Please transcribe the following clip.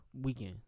Weekend